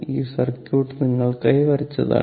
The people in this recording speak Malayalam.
ഈ സർക്യൂട്ട് നിങ്ങൾക്കായി വരച്ചതാണ്